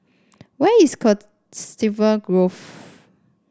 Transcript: where is Coniston Grove